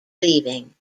leaving